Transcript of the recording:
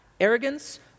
arrogance